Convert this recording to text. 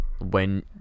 when-